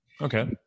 Okay